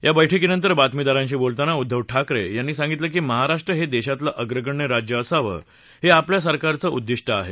या बैठकीनंतर बातमीदारांशी बोलताना उद्घव ठाकरे यांनी सांगितलं की महाराष्ट्र हे देशातले अग्रगण्य राज्य असावं हे आपल्या सरकारचं उद्दिष्ट आहे